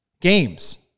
games